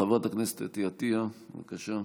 חברת הכנסת אתי עטייה, בבקשה.